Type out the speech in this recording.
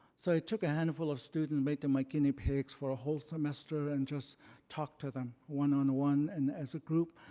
so i took a handful of students and made them my guinea pigs for a whole semester and just talked to them, one on one and as a group,